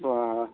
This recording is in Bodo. बा